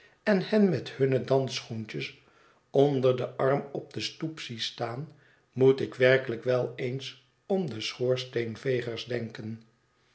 en hen met hunne dansschoentjes onder den arm op de stoep zie staan moet ik werkelijk wel eens om de schoorsteenvegers denken